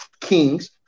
Kings